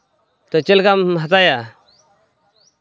ᱛᱳ ᱪᱮᱫ ᱞᱮᱠᱟᱢ ᱦᱟᱛᱟᱣᱟ